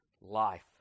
life